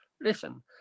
listen